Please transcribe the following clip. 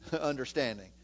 understanding